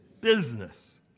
business